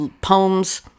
poems